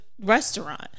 restaurant